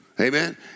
Amen